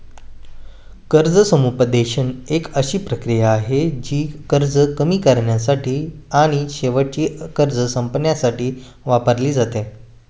कर्ज समुपदेशन एक अशी प्रक्रिया आहे, जी कर्ज कमी करण्यासाठी आणि शेवटी कर्ज संपवण्यासाठी वापरली जाते